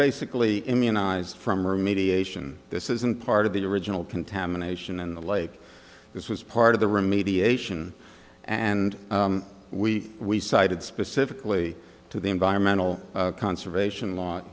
basically immunized from remediation this isn't part of the original contamination and the like this was part of the remediation and we we cited specifically to the environmental conservation law